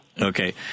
Okay